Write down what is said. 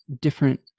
different